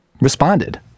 responded